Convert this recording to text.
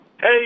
hey